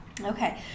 okay